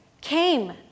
came